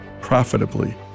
profitably